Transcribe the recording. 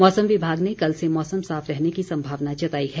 मौसम विभाग ने कल से मौसम साफ रहने की संभावना जताई है